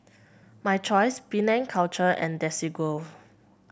My Choice Penang Culture and Desigual